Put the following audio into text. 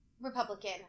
Republican